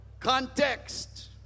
Context